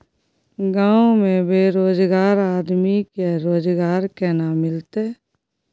गांव में बेरोजगार आदमी के रोजगार केना मिलते?